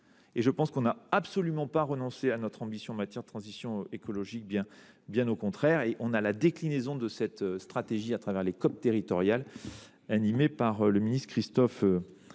étant, nous n’avons absolument pas renoncé à notre ambition en matière de transition écologique, bien au contraire : la déclinaison de notre stratégie à travers les COP territoriales, animées par Christophe